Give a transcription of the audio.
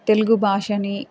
తెలుగు భాషని